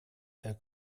herr